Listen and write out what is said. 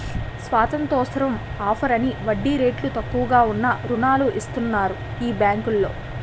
స్వతంత్రోత్సవం offer అని వడ్డీ రేట్లు తక్కువగా ఉన్న రుణాలు ఇస్తన్నారు ఈ బేంకులో